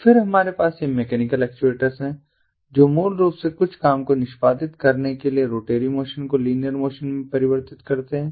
फिर हमारे पास ये मैकेनिकल एक्चुएटर्स हैं जो मूल रूप से कुछ काम को निष्पादित करने के लिए रोटरी मोशन को लीनियर मोशन में परिवर्तित करते हैं